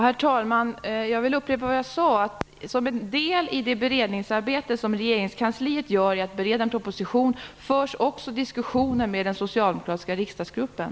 Herr talman! Jag vill upprepa vad jag sade. Som en del i det beredningsarbete som regeringskansliet gör kring en proposition förs också diskussioner med den socialdemokratiska riksdagsgruppen.